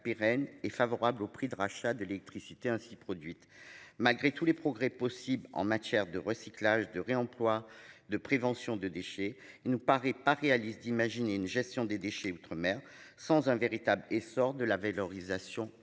pérenne et favorable au prix de rachat de l'électricité ainsi produite. Malgré tous les progrès possible en matière de recyclage de réemploi de prévention de déchets. Il nous paraît pas réaliste d'imaginer une gestion des déchets outre-mer sans un véritable essor de la valorisation énergétique.